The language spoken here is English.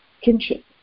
kinship